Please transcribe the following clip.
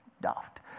daft